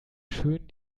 schön